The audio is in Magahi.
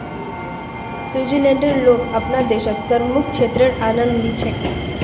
स्विट्जरलैंडेर लोग अपनार देशत करमुक्त क्षेत्रेर आनंद ली छेक